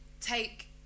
take